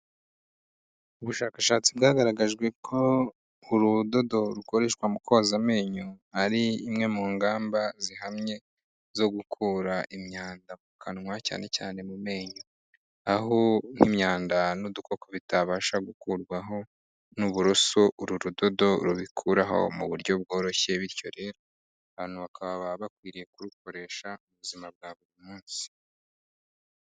Ubushakashatsi bwagaragajwe ko urudodo rukoreshwa mu koza amenyo ari imwe mu ngamba zihamye zo gukura imyanda mu kanwa cyane cyane mu menyo, aho nk'imyanda n'udukoko bitabasha gukurwaho n'uburoso uru rudodo rubikuraho mu buryo bworoshye bityo rero abantu bakaba bakwiriye kurukoresha bu ubuzima bwa buri munsi.